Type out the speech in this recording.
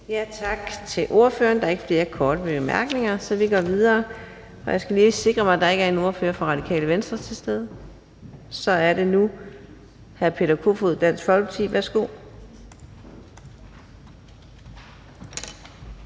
Tak til ordføreren. Der er ikke flere korte bemærkninger, så vi går videre. Jeg skal lige sikre mig, at der ikke er en ordfører fra Radikale Venstre til stede. Så er det nu hr. Peter Kofod, Dansk Folkeparti. Værsgo.